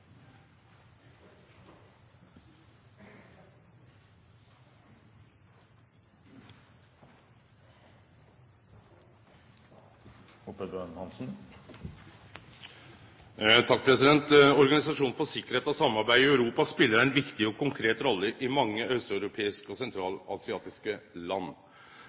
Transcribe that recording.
samarbeid i Europa spelar ei viktig og konkret rolle i mange austeuropeiske og sentralasiatiske land.